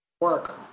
work